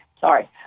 sorry